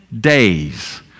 days